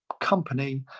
company